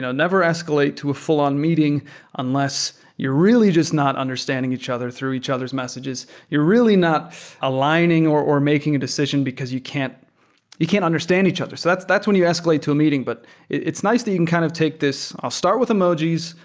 never escalate to a full-on meeting unless you're really just not understanding each other through each other's messages. you're really not aligning or or making a decision because you can't you can't understand each other. so that's that's when you escalate to a meeting, but it's nice that you can kind of take this. i'll start with emojis.